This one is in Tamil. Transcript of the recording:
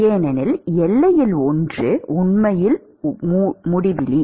ஏனெனில் எல்லையில் ஒன்று உண்மையில் முடிவிலி